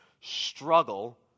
struggle